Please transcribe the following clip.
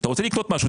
אתה רוצה לקנות משהו,